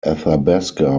athabasca